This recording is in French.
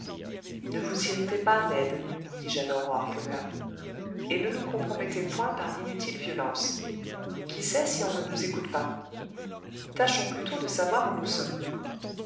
ne vous irritez pas ned dis-je alors au harponneur et ne nous compromettez point par d'inutiles violences qui sait si on ne nous écoute pas tâchons plutôt de savoir où nous sommes